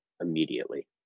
immediately